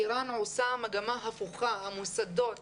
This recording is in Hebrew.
אירן עושה מגמה הפוכה, המוסדות